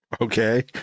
Okay